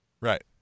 Right